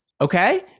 Okay